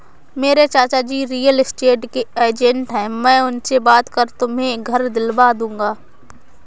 मेरे चाचाजी real estate के एजेंट है मैं उनसे बात कर तुम्हें घर दिलवा दूंगा